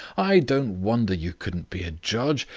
i don't wonder you couldn't be a judge.